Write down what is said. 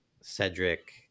Cedric